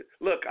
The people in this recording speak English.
Look